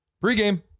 Pre-game